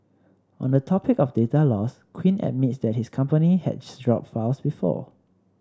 on the topic of data loss Quinn admits that his company had dropped files before